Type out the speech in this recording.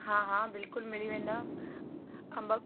हा हा बिल्कुलु मिली वेंदा अंब